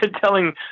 telling